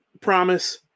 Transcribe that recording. promise